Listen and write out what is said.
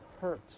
hurt